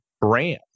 Brand